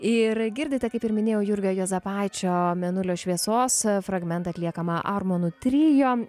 ir girdite kaip ir minėjau jurgio juozapaičio mėnulio šviesos fragmentą atliekamą armonų trio